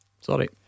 Sorry